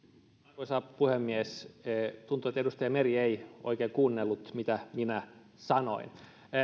arvoisa puhemies tuntuu että edustaja meri ei oikein kuunnellut mitä minä sanoin